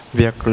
việc